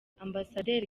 ambasaderi